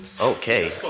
Okay